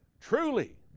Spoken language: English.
Truly